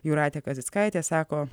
jūratė kazickaitė sako